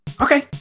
Okay